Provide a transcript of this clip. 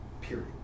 period